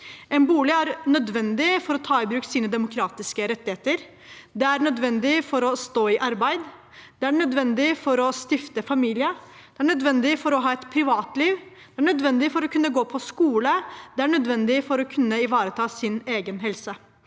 En bolig er nødvendig for å ta i bruk sine demokratiske rettigheter. Det er nødvendig for å stå i arbeid. Det er nødvendig for å stifte familie. Det er nødvendig for å ha et privatliv. Det er nødvendig for å kunne gå på skole. Det er nødvendig for å kunne ivareta sin egen helse.